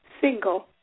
single